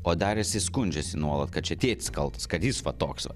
o darėsi skundžiasi nuolat kad čia tėtis kaltas kad jis vat toks va